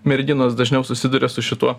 merginos dažniau susiduria su šituo